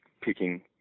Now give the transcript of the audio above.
picking